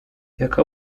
jaka